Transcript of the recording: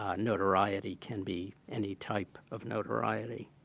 ah notoriety can be any type of notoriety.